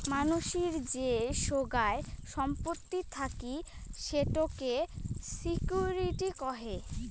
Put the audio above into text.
মানসির যে সোগায় সম্পত্তি থাকি সেটোকে সিকিউরিটি কহে